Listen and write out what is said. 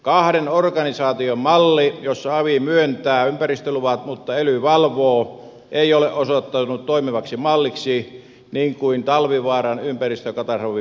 kahden organisaation malli jossa avi myöntää ympäristöluvat mutta ely valvoo ei ole osoittautunut toimivaksi malliksi niin kuin talvivaaran ympäristökatastrofi meille kertoo